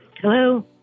Hello